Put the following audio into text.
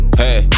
hey